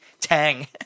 Tang